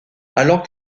alors